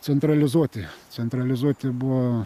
centralizuoti centralizuoti buvo